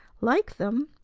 like them!